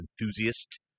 enthusiast